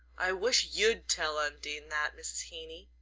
i wish you'd tell undine that, mrs. heeny.